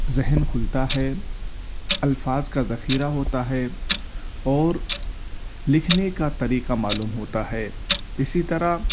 ذہن کھلتا ہے الفاظ کا ذخیرہ ہوتا ہے اور لکھنے کا طریقہ معلوم ہوتا ہے اسی طرح